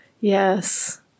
Yes